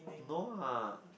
no lah